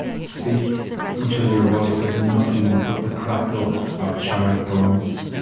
speak until your voice is nothing but the crackle of charred bones.